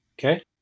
Okay